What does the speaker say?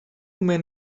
men